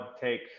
take